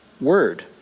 word